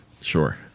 Sure